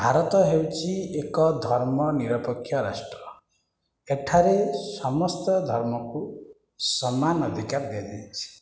ଭାରତ ହେଉଛି ଏକ ଧର୍ମ ନିରପେକ୍ଷ ରାଷ୍ଟ୍ର ଏଠାରେ ସମସ୍ତ ଧର୍ମକୁ ସମାନ ଅଧିକାର ଦିଆଯାଇଛି